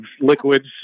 liquids